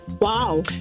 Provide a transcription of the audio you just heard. Wow